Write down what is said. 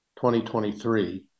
2023